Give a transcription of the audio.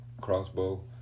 Crossbow